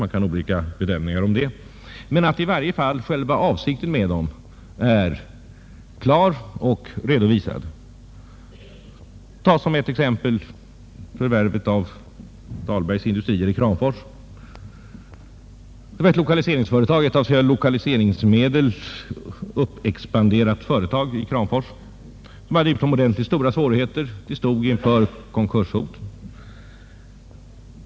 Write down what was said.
Man kan ha olika bedömningar därvidlag, men själva avsikten med engagemangen är i alla fall klar och redovisad. Jag kan som exempel ta förvärvet av Dahlbergs industrier i Kramfors. Det var ett av lokaliseringsmedel uppexpanderat företag. Företaget hade utomordentligt stora svårigheter — det stod inför konkurshot.